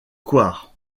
coire